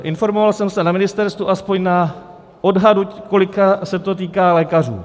Informoval jsem se na ministerstvu aspoň na odhadu, kolika se to týká lékařů.